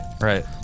Right